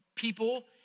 People